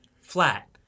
flat